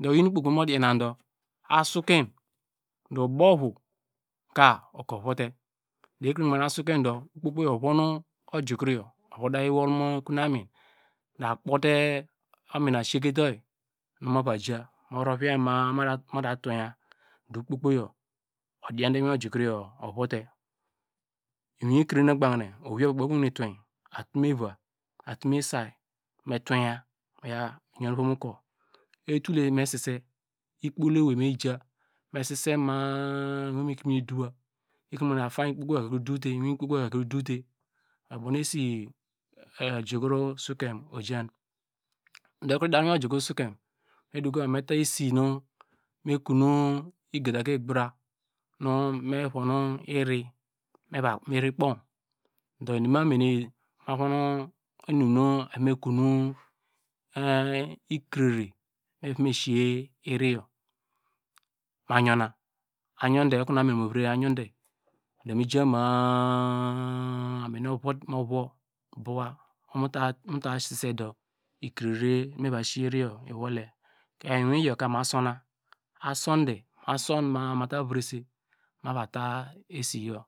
Do oyinu okpo kpo nu mu dianadu asuka du ubuvo ka ukur ovo wote do ekrenu ogbanke asuke do okpo kpo yor ovonu ojukro yor mu viyi wol mu amin do akpote omina asikeyoyi nu mu vaja mu ruviya ma mata tuweya do okpo kpo yo odronte mi wi ojukro yor ovute miiwin ekre nu ogbanke owei ovu kpe owene tuwe atume va atume say mr tuweya meya you mu vom ukur etule me sise ipolewei meja me sise ma- a iwin mi kimin dowa ekre nu ogbanke atain ikpokpo ikro dote oyo ubow nu esi ojukro sokeu ojan do ekro dar mu iwin ojukro sokem me ta esinu mr kon igada igbara nu me vonu ivi meva kpo ivi kpom inum ma me ne me von inum na eva me kon ikrere nu eva me siye iriyo ma yor na oyonde ayonde di mi ja ma- a amin mu vo bowa komu ta sise du ikrere meva sisi iriyor iwole ka iwin yorka ma suna asumde ma som ma- a mata vrese mavate esiyo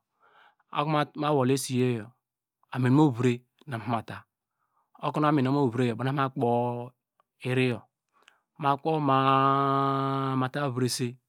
okonu ma wole esiyoyo amin mu vre nu ava mata okonu amin abow mu vre yor oyor ubow nu abow ma kpo iriyo ma kpo ma- a mata vrese.